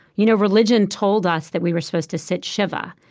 you know religion told us that we were supposed to sit shiva,